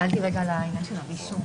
שאלתי רגע על העניין של הרישום.